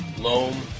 loam